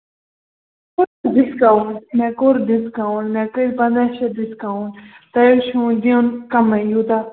discount مےٚ کوٚر discount مےٚ کٔرۍ پنٛدہ شٮ۪تھ ڈِسکَوٚنٛٹ تۄہہِ حظ چھُو وۄنۍ دِیُن کَمٕے یوٗتاہ